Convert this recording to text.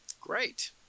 Great